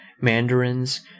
mandarins